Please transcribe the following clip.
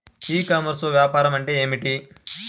ఈ కామర్స్లో వ్యాపారం అంటే ఏమిటి?